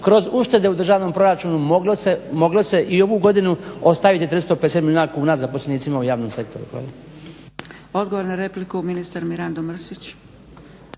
kroz uštede u državnom proračunu moglo se i ovu godinu ostaviti 350 milijuna kuna zaposlenicima u javnom sektoru.